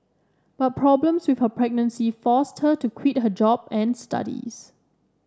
but problems with her pregnancy forced her to quit her job and studies